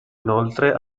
inoltre